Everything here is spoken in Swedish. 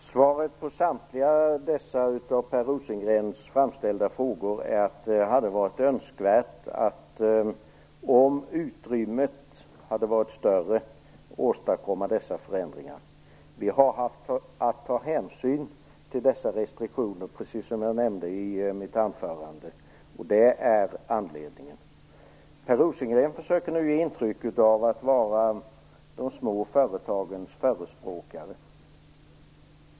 Herr talman! Svaret på samtliga dessa av Per Rosengren framställda frågor är att det hade varit önskvärt att, om utrymmet hade varit större, åstadkomma dessa förändringar. Vi har haft att ta hänsyn till dessa restriktioner, precis som jag nämnde i mitt anförande. Det är anledningen. Per Rosengren försöker nu ge intrycket av att vara de små företagens förespråkare.